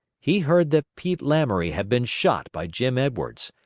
he heard that pete lamoury had been shot by jim edwards,